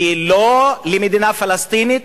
בלא למדינה פלסטינית?